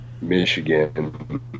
Michigan